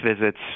visits